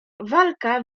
walka